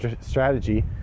strategy